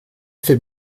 fait